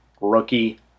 rookie